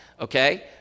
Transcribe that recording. Okay